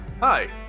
Hi